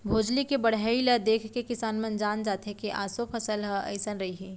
भोजली के बड़हई ल देखके किसान मन जान जाथे के ऑसो फसल ह अइसन रइहि